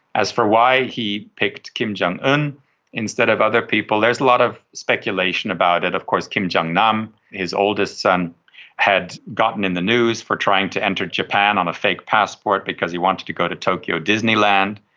as for why he picked kim jong-un instead of other people, there's a lot of speculation about it. of course kim jong-nam his oldest son had gotten in the news for trying to enter japan on a fake passport because he wanted to go to tokyo disneyland.